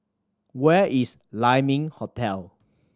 where is Lai Ming Hotel